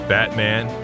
Batman